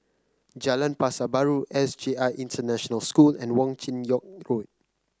Jalan Pasar Baru S J I International School and Wong Chin Yoke Road